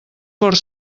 fort